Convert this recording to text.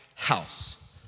house